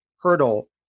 Hurdle